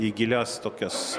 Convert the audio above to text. į gilias tokias